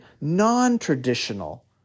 non-traditional